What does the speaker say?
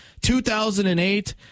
2008